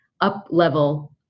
up-level